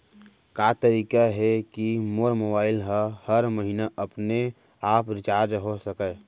का तरीका हे कि मोर मोबाइल ह हर महीना अपने आप रिचार्ज हो सकय?